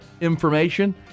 information